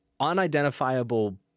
unidentifiable